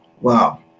wow